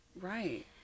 Right